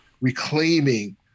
reclaiming